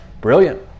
Brilliant